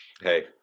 Hey